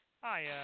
Hi